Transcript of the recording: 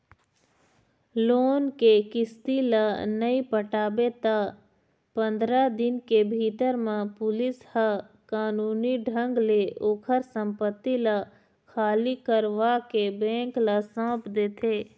loan के किस्ती ल नइ पटाबे त पंदरा दिन के भीतर म पुलिस ह कानूनी ढंग ले ओखर संपत्ति ल खाली करवाके बेंक ल सौंप देथे